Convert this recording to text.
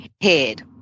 head